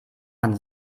man